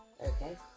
Okay